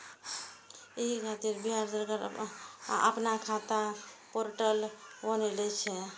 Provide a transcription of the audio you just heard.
एहि खातिर बिहार सरकार अपना खाता पोर्टल बनेने छै